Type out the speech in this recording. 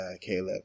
Caleb